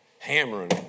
hammering